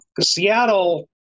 Seattle